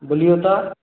बोलिऔ तऽ